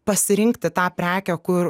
pasirinkti tą prekę kur